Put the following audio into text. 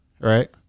Right